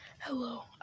Hello